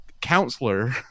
counselor